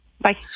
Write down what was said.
Bye